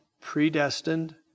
predestined